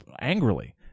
angrily